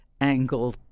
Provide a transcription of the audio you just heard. angle